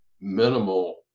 minimal